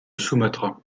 sumatra